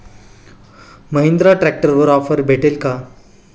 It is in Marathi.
महिंद्रा ट्रॅक्टरवर ऑफर भेटेल का?